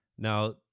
Now